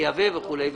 מייבא וכולי וכולי.